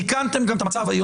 תיקנתם גם את המצב,